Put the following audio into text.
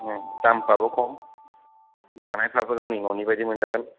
दामफ्राबो खम जानायफ्राबो गावनि न'नि बादि मोनजागोन